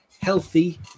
healthy